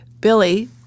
Billy